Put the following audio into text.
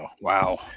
Wow